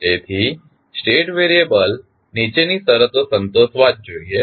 તેથી state variable નીચેની શરતો સંતોષવા જ જોઈએ